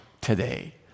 today